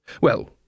Well